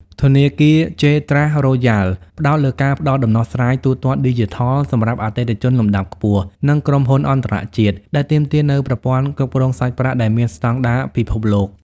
ធនាគារ ជេ ត្រាស់ រ៉ូយ៉ាល់ (J Trust Royal ) ផ្ដោតលើការផ្ដល់ដំណោះស្រាយទូទាត់ឌីជីថលសម្រាប់អតិថិជនលំដាប់ខ្ពស់ និងក្រុមហ៊ុនអន្តរជាតិ ដែលទាមទារនូវប្រព័ន្ធគ្រប់គ្រងសាច់ប្រាក់ដែលមានស្ដង់ដារពិភពលោក។